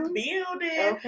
building